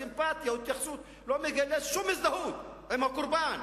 סימפתיה או התייחסות ולא מגלה שום הזדהות עם הקורבן,